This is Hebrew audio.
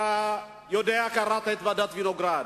קראת את דוח ועדת-וינוגרד.